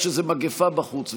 יש איזו מגפה בחוץ,